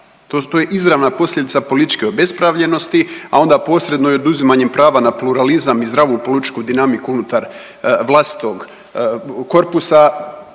to je izravna posljedica političke obespravljenosti, a onda posredno i oduzimanjem prava na pluralizam i zdravu političku dinamiku unutar vlastitog korpusa,